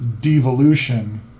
devolution